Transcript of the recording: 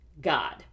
God